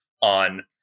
on